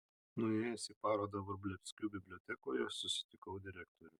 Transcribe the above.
nuėjęs į parodą vrublevskių bibliotekoje susitikau direktorių